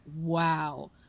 wow